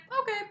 okay